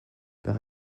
par